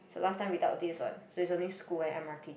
so last time without this what so is only school and m_r_t